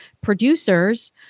producers